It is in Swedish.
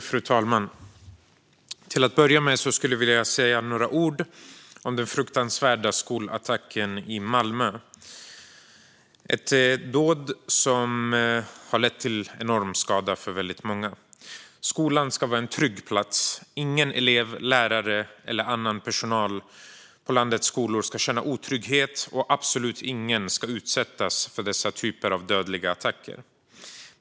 Fru talman! Till att börja med skulle jag vilja säga några ord om den fruktansvärda skolattacken i Malmö. Det är ett dåd som har lett till enorm skada för väldigt många. Skolan ska vara en trygg plats. Ingen elev, lärare eller annan personal på skolan ska känna otrygghet, och absolut ingen ska utsättas för dessa typer av dödliga attacker.